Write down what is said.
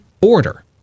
order